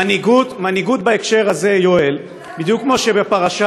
מנהיגות בהקשר הזה, יואל, בדיוק כמו שבפרשה